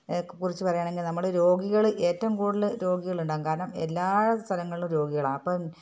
ക്കുറിച്ച് പറയുകയാണെങ്കിൽ നമ്മള് രോഗികള് ഏറ്റവും കൂടുതല് രോഗികളുണ്ടാവും കാരണം എല്ലാ സ്ഥലങ്ങളിലും രോഗികളാണ് അപ്പം